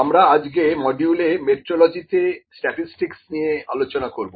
আমরা আজকে মডিউলে মেট্রলজিতে স্ট্যাটিস্টিকস নিয়ে আলোচনা করব